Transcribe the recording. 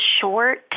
short